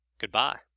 Goodbye